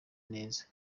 neza